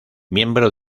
miembro